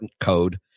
code